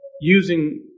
using